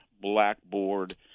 blackboard